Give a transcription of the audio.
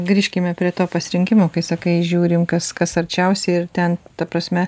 grįžkime prie to pasirinkimo kai sakai žiūrim kas kas arčiausiai ir ten ta prasme